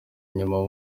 inyuma